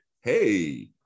hey